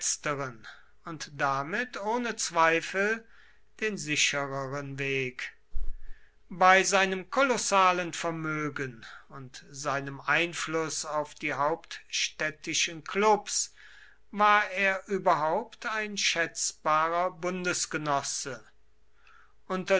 und damit ohne zweifel den sichereren weg bei seinem kolossalen vermögen und seinem einfluß auf die hauptstädtischen klubs war er überhaupt ein schätzbarer bundesgenosse unter